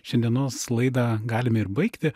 šiandienos laidą galime ir baigti